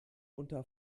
unter